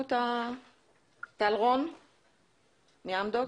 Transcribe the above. טל רון מאמדוקס?